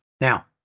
Now